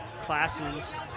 classes